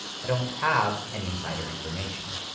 i don't have any insider information.